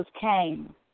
came